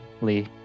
Lee